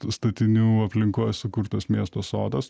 statinių aplinkoj sukurtas miesto sodas